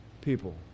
people